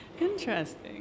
interesting